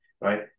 right